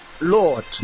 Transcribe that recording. Lord